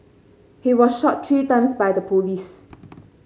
he was shot three times by the police